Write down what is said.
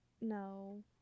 No